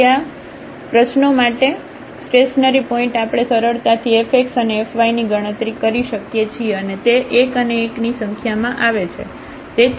તેથી આ પ્રશ્નો માટે સ્ટેશનરીપોઇન્ટ આપણે સરળતાથી fx અને fy ની ગણતરી કરી શકીએ છીએ અને તે 1 અને 1 ની સંખ્યામાં આવે છે